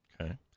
Okay